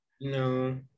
No